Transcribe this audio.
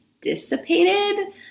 dissipated